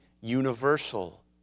universal